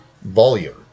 volume